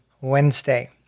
Wednesday